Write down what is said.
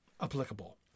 applicable